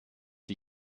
die